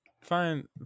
Fine